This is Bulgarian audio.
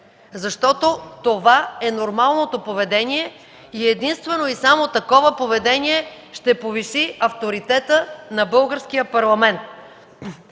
Защото това е нормалното поведение и единствено и само такова поведение ще повиши авторитета на Българския парламент.